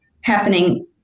happening